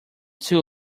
too